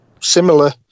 similar